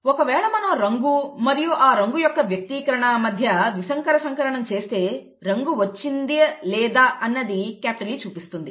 ఒకవేళ మనం రంగు మరియు ఆ రంగు యొక్క వ్యక్తీకరణ మధ్య ద్విసంకర సంకరణం చేస్తే రంగు వచ్చిందా లేదా అన్నది E చూపిస్తుంది